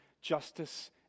justice